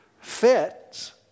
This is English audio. fits